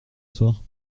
soir